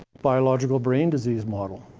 biological brain disease model.